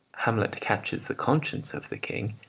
hamlet catches the conscience of the king,